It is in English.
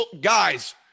guys